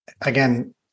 again